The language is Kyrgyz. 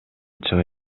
чыга